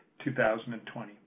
2020